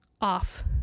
off